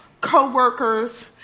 co-workers